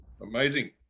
Amazing